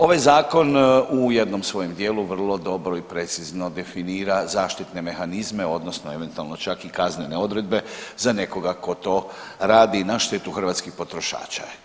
Ovaj zakon u jednom svojem dijelu vrlo dobro i precizno definira zaštitne mehanizme odnosno eventualno čak i kaznene odredbe za nekoga ko to radi na štetu hrvatskih potrošača.